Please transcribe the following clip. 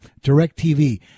DirecTV